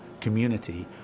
community